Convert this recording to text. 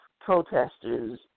protesters